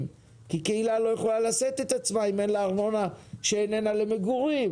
כי קהילה לא יכולה לשאת את עצמה אם אין לה ארנונה שאינה למגורים.